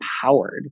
powered